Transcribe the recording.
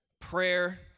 Prayer